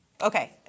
Okay